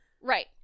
Right